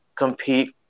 Compete